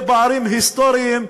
אלו פערים היסטוריים,